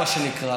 מה שנקרא.